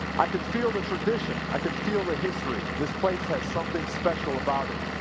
i could feel the tradition. i could feel the history. this place has something special about it.